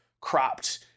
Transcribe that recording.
cropped